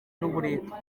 n’uburetwa